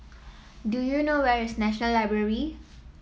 do you know where is National Library